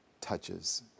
touches